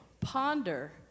ponder